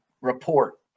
Report